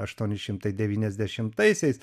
aqštuoni šimtai devyniasdešimtaisiais